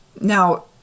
Now